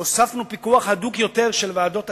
הוספנו פיקוח הדוק יותר של ועדות הכנסת,